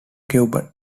cuban